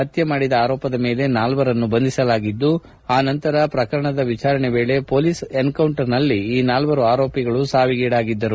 ಪತ್ನೆ ಮಾಡಿದ ಆರೋಪದ ಮೇಲೆ ನಾಲ್ಲರನ್ನು ಬಂಧಿಸಲಾಗಿದ್ದು ಆ ನಂತರ ಪ್ರಕರಣದ ವಿಚಾರಣಾ ವೇಳೆ ಮೊಲೀಸ್ ಎನ್ಕೌಂಟರ್ನಲ್ಲಿ ಈ ನಾಲ್ವರು ಆರೋಪಿಗಳು ಸಾವಿಗೀಡಾಗಿದ್ದರು